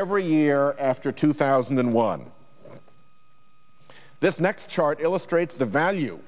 every year after two thousand and one this next chart illustrates the value